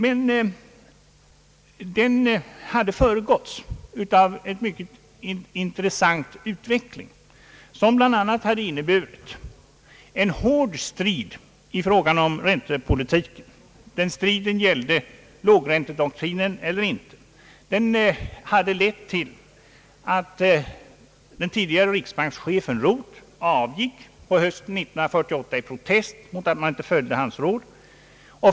Men devalveringen hade föregåtts av en mycket intressant utveckling som bland annat innebar en hård strid om räntepolitiken. Det gällde om man skulle tillämpa lågräntedoktrinen eller inte. Den hade lett till att den tidigare riksbankschefen Rooth avgått på hösten 1948 i protest mot att man inte följde hans råd.